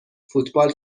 فوتبال